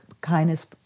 kindness